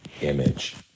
image